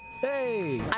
Hey